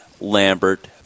Lambert